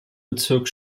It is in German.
bezirk